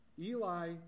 Eli